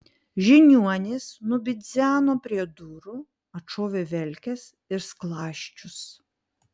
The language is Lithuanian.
žiniuonis nubidzeno prie durų atšovė velkes ir skląsčius